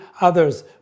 others